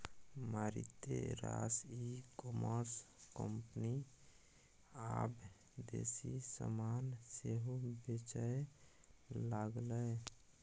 मारिते रास e commerce company आब देसी समान सेहो बेचय लागलै